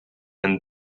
and